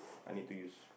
I need to use